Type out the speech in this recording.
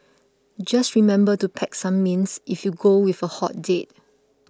just remember to pack some mints if you go with a hot date